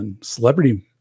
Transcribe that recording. celebrity